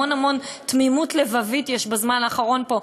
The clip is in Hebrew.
המון המון תמימות לבבית יש בזמן האחרון פה,